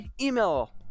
email